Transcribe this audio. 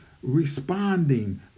Responding